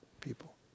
people